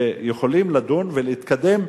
ויכולים לדון ולהתקדם.